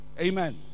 amen